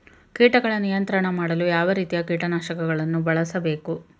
ಕೀಟಗಳ ನಿಯಂತ್ರಣ ಮಾಡಲು ಯಾವ ರೀತಿಯ ಕೀಟನಾಶಕಗಳನ್ನು ಬಳಸಬೇಕು?